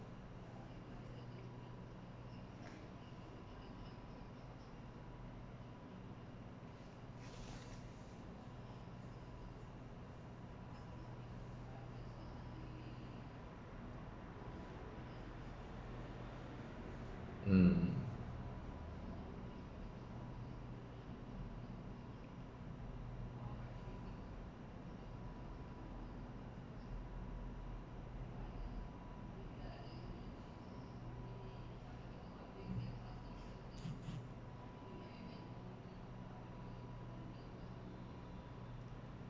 um